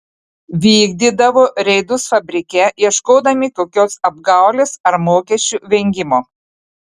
vykdydavo reidus fabrike ieškodami kokios apgaulės ar mokesčių vengimo